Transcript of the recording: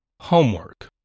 Homework